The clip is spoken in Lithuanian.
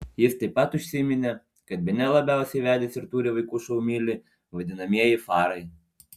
jis taip pat užsiminė kad bene labiausiai vedęs ir turi vaikų šou myli vadinamieji farai